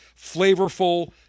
flavorful